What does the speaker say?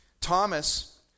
Thomas